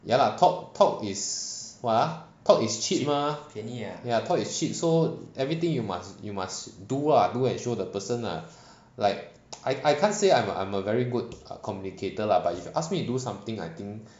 ya lah talk talk is what ah talk is cheap mah ya talk is cheap so everything you must you must do lah do and show the person lah like I can't say I'm a I'm a very good communicator lah but if you ask me to do something I think